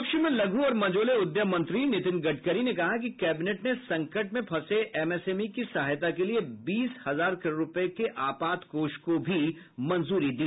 सूक्ष्म लघु और मझोले उद्यम मंत्री नितिन गडकरी ने कहा कि कैबिनेट ने संकट में फंसे एमएसएमई की सहायता के लिए बीस हजार करोड़ रुपये के आपात कोष को भी मंजूरी दी